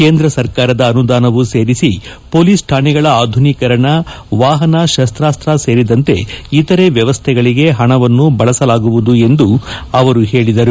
ಕೇಂದ್ರ ಸರಕಾರದ ಅನುದಾನವೂ ಸೇರಿಸಿ ಪೊಲೀಸ್ ಠಾಣೆಗಳ ಆಧುನೀಕರಣ ವಾಪನ ಶಸ್ತಾಸ್ತ ಸೇರಿದಂತೆ ಇತರೆ ವ್ಯವಸ್ಥೆಗಳಿಗೆ ಪಣವನ್ನು ಬಳಸಲಾಗುವುದು ಎಂದು ಅವರು ಹೇಳದರು